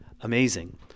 Amazing